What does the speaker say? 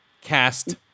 Cast